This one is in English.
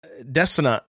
Destinat